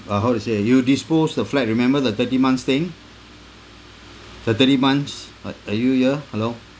uh how to say you dispose the flat remember that thirty months thing the thirty months uh are you here hello